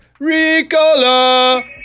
Ricola